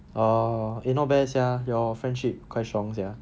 oh eh not bad sia your friendship quite strong sia